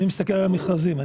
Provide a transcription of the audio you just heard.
אני מסתכל על המכרזים.